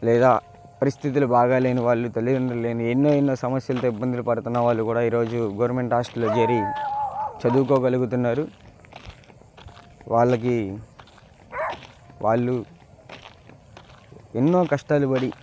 లేదా పరిస్థితులు బాగా లేనివాళ్ళు తల్లిదండ్రులు లేని ఎన్నో ఎన్నో సమస్యలతో ఇబ్బందులు పడుతున్న వాళ్ళు కూడా ఈ రోజు గవర్నమెంటు హాస్టల్లో చేరి చదువుకోగలుగుతున్నారు వాళ్ళకి వాళ్ళు ఎన్నో కష్టాలు పడి